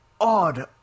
odd